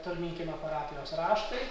tolminkiemio parapijos raštai